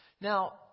Now